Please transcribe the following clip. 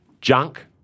junk